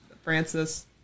Francis